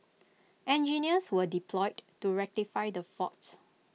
engineers were deployed to rectify the faults